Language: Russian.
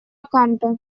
окампо